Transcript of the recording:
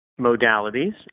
modalities